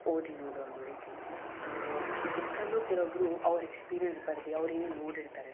ಓದಿ ನೋಡು ಅನ್ನೋ ರೀತಿ ಬುಕ್ಕಲ್ಲೂ ಕೆಲವೊಬ್ಬರು ಅವ್ರು ಎಕ್ಸ್ಪೀರಿಯನ್ಸ್ ಬರ್ದು ಅವರು ಏನೇನು ನೋಡಿರ್ತಾರೆ